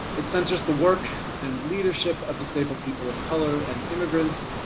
it centres the work and leadership of disabled people of colour and immigrants,